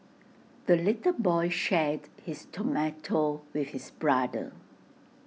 the little boy shared his tomato with his brother